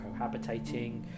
cohabitating